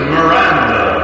Miranda